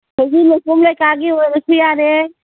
ꯑꯗꯒꯤ ꯂꯣꯏꯀꯨꯝ ꯂꯣꯏꯀꯥꯒꯤ ꯑꯣꯏꯔꯁꯨ ꯌꯥꯔꯦ